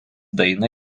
dainą